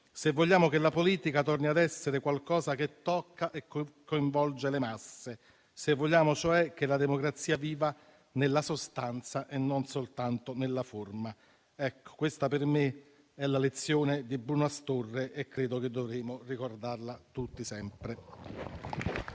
se vogliamo che la politica torni a essere qualcosa che tocca e coinvolge le masse; se vogliamo, cioè, che la democrazia viva nella sostanza e non soltanto nella forma. Ecco, questa per me è la lezione di Bruno Astorre e credo che dovremmo ricordarla tutti sempre.